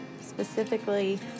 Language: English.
Specifically